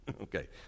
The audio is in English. okay